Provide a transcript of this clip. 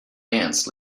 ants